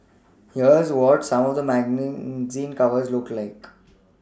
here's what some of the zine covers looked like